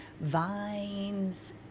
vines